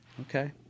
Okay